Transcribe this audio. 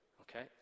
Okay